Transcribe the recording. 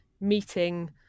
meeting